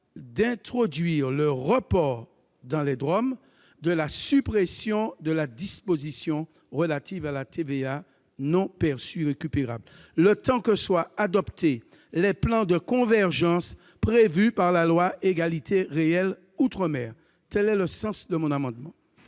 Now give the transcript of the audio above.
d'introduire le report dans les DROM de la suppression de la disposition relative à la TVA non perçue récupérable, le temps que soient adoptés les plans de convergence prévus par la loi Égalité réelle outre-mer. Quel est l'avis de la commission